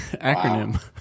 acronym